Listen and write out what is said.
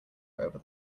over